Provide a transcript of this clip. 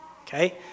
Okay